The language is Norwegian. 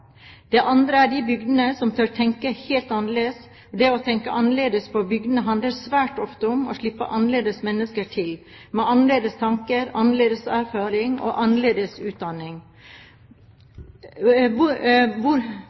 Det andre er de bygdene som tør tenke helt annerledes. Det å tenke annerledes på bygdene handler svært ofte om å slippe annerledes mennesker til – med annerledes tanker, annerledes erfaring og annerledes utdanning.